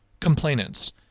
complainants